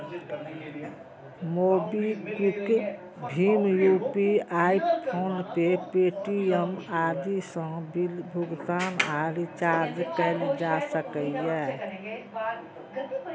MobiKwik, भीम UPI, PhonePe, Paytm आदि सं बिल भुगतान आ रिचार्ज कैल जा सकैए